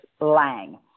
Lang